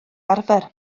arfer